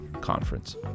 Conference